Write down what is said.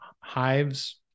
Hives